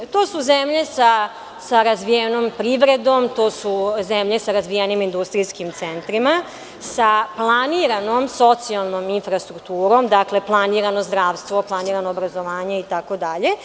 To su zemlje sa razvijenom privredom, to su zemlje sa razvijenim industrijskim centrima, sa planiranom socijalnom infrastrukturom, dakle, planirano zdravstvo, planirano obrazovanje itd.